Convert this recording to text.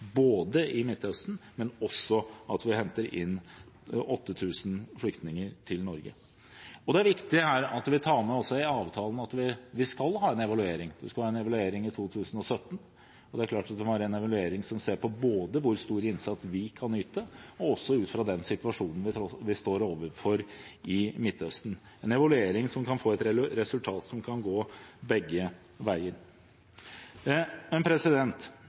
i Midtøsten, men også at vi henter inn 8 000 flyktninger til Norge. Det er viktig her at vi tar med også i avtalen at vi skal ha en evaluering. Vi skal ha en evaluering i 2017, og det må være en evaluering der en ser på hvor stor innsats vi kan yte, også ut fra den situasjonen vi står overfor i Midtøsten, en evaluering som kan få et resultat som kan gå begge veier.